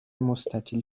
مستطیل